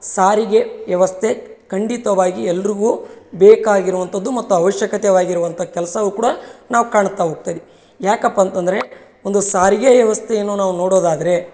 ಸಾರಿಗೆ ವ್ಯವಸ್ಥೆ ಖಂಡಿತವಾಗಿ ಎಲ್ಲರಿಗು ಬೇಕಾಗಿರ್ವಂಥದ್ದು ಮತ್ತು ಅವಶ್ಯಕತೆವಾಗಿರುವಂಥ ಕೆಲಸವು ಕೂಡ ನಾವು ಕಾಣುತ್ತ ಹೋಗ್ತಾ ಇದೀವಿ ಯಾಕಪ್ಪ ಅಂತಂದರೆ ಒಂದು ಸಾರಿಗೆ ವ್ಯವಸ್ತೆಯನ್ನು ನಾವು ನೋಡೊದಾದರೆ